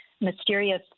mysterious